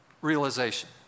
realization